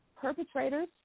perpetrators